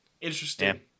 Interesting